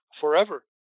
forever